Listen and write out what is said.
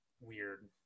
weird